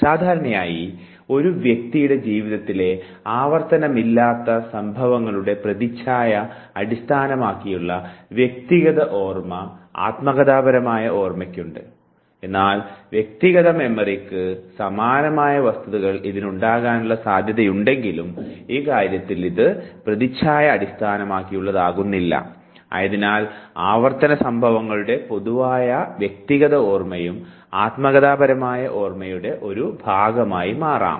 സാധാരണയായി ഒരു വ്യക്തിയുടെ ജീവിതത്തിലെ ആവർത്തനമില്ലാത്ത സംഭവങ്ങളുടെ പ്രതിച്ഛായ അടിസ്ഥാനമാക്കിയുള്ള വ്യക്തിഗത ഓർമ്മ ആത്മകഥാപരമായ ഓർമ്മക്കുണ്ട് എന്നാൽ വ്യക്തിഗത മെമ്മറിക്ക് സമാനമായ വസ്തുതകൾ ഇതിന് ഉണ്ടാകാനുള്ള സാധ്യതയുണ്ടെങ്കിലും ഈ കാര്യത്തിൽ ഇത് പ്രതിച്ഛായ അടിസ്ഥാനമാക്കിയുള്ളതാകുന്നില്ല ആയതിനാൽ ആവർത്തന സംഭവങ്ങളുടെ പൊതുവായ വ്യക്തിഗത ഓർമ്മയും ആത്മകഥാപരമായ ഓർമ്മയുടെ ഒരു ഭാഗമായി മാറാം